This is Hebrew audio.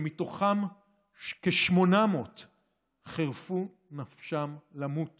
שמתוכם כ-800 חירפו נפשם למות